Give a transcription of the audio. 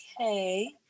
okay